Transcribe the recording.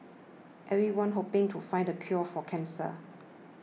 everyone's hoping to find the cure for cancer